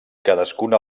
cadascuna